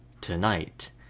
tonight